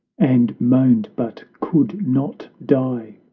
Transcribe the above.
and moaned but could not die!